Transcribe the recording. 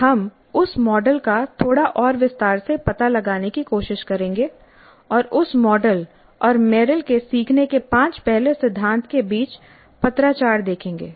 हम उस मॉडल का थोड़ा और विस्तार से पता लगाने की कोशिश करेंगे और उस मॉडल और मेरिल के सीखने के पांच पहले सिद्धांत के बीच पत्राचार देखेंगे